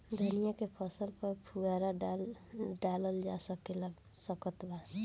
धनिया के फसल पर फुहारा डाला जा सकत बा?